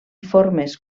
formes